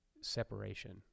separation